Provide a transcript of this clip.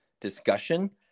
discussion